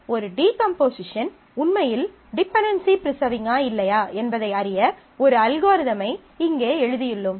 ஒரு டீகம்போசிஷன் உண்மையில் டிபென்டென்சி ப்ரிசர்விங்கா இல்லையா என்பதை அறிய ஒரு அல்காரிதம் ஐ இங்கே எழுதியுள்ளோம்